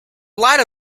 latter